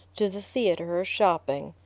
to the theatre or shopping.